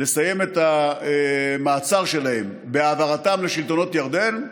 לסיים את המעצר שלהם בהעברתם לשלטונות ירדן,